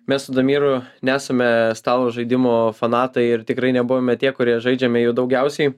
mes su damiru nesame stalo žaidimo fanatikai ir tikrai nebuvome tie kurie žaidžiame jų daugiausiai